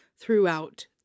throughout